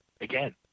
again